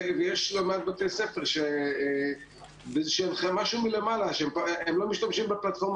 ויש לא מעט בתי ספר שלא משתמשים בפלטפורמה